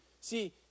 See